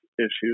issues